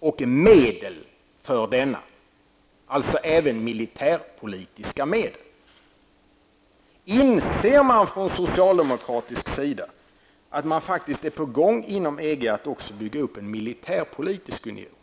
och medel för denna.'' Det innebär alltså även militärpolitiska medel. Inser man inte från socialdemokratisk sida att man inom EG faktiskt är på gång att även bygga upp en militärpolitisk union?